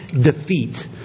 defeat